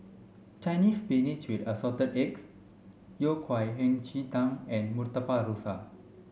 Chinese spinach with assorted eggs Yao Cai Hei Ji Tang and Murtabak Rusa